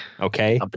Okay